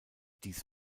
dies